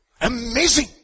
Amazing